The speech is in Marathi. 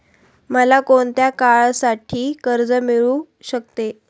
मला कोणत्या काळासाठी कर्ज मिळू शकते?